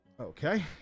Okay